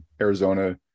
Arizona